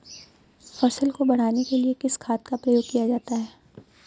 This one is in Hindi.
फसल को बढ़ाने के लिए किस खाद का प्रयोग किया जाता है?